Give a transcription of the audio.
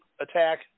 attack